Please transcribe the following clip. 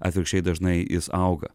atvirkščiai dažnai jis auga